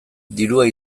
dirua